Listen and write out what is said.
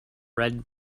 red